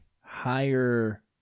higher